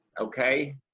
okay